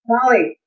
Molly